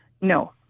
No